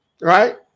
right